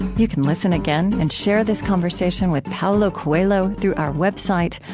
you can listen again and share this conversation with paulo coelho through our website,